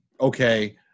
okay